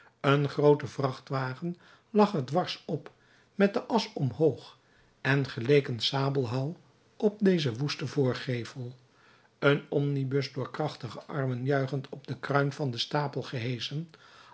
een groote vrachtwagen lag er dwars op met de as omhoog en geleek een sabelhouw op dezen woesten voorgevel een omnibus door krachtige armen juichend op de kruin van den stapel geheschen